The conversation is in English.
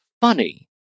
funny